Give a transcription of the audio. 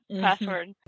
password